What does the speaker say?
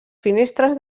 finestres